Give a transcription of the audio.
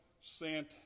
sent